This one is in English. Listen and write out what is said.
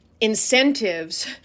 incentives